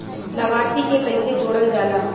लभार्थी के कइसे जोड़ल जाला?